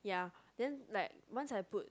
ya then like once I put